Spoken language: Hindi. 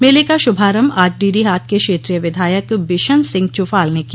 मेले का शुभारम्भ आज डीडीहाट के क्षेत्रीय विधायक बिशन सिंह चुफाल ने किया